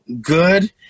good